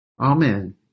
Amen